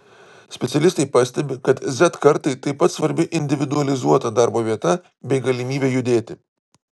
specialistai pastebi kad z kartai taip pat svarbi individualizuota darbo vieta bei galimybė judėti